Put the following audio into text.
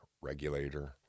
regulator